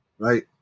Right